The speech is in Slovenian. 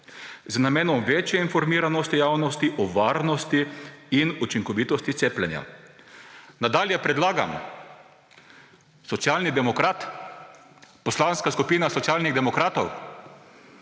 z namenom večje informiranosti javnosti o varnosti in učinkovitosti cepljenja. Nadalje predlagam,« socialni demokrat, Poslanska skupina Socialnih demokratov,